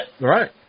Right